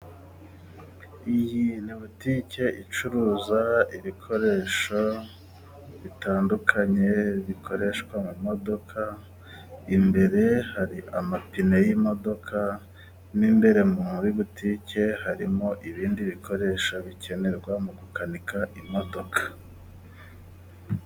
Iyi ni botike icuruza ibikoresho bitandukanye bikoreshwa mu modoka. Imbere hari amapine y'imodoka, n'imbere muri butike harimo ibindi bikoresho bikenerwa mu gukanika imodoka.